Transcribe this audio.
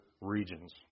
regions